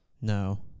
no